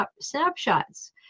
snapshots